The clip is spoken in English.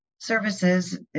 services